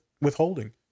withholding